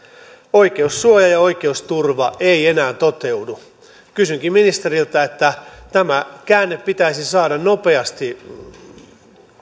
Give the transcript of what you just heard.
oikeussuoja ja oikeusturva ei enää toteudu kysynkin ministeriltä kun tämä käänne pitäisi saada nopeasti